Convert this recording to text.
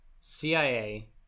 cia